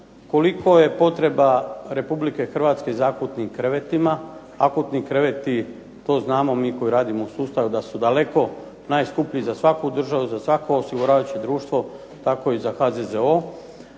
koliko je potreba Republike Hrvatske za akutnim krevetima. Akutni kreveti, to znamo mi koji radimo u sustavu, da su daleko najskuplji za svaku državu, za svako osiguravajuće društvo, tako i za HZZO.